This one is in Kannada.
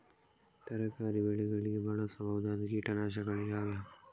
ತರಕಾರಿ ಬೆಳೆಗಳಿಗೆ ಬಳಸಬಹುದಾದ ಕೀಟನಾಶಕಗಳು ಯಾವುವು?